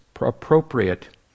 appropriate